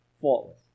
faultless